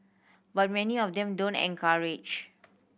but many of them don't encourage